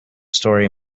story